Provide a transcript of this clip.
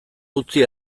utzi